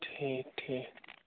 ٹھیٖک ٹھیٖک